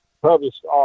published